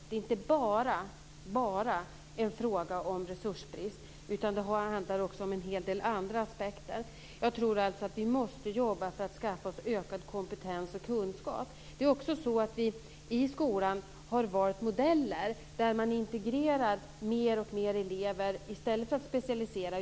Det är då inte bara fråga om resursbrist, utan det handlar också om en hel del andra aspekter. Jag tror alltså att vi måste jobba på att skaffa oss ökad kompetens och kunskap. Vidare är det så att vi i skolan har valt modeller där man integrerar mer och mer elever i stället för att specialisera.